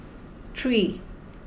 three